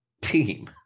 team